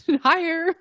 higher